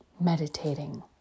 meditating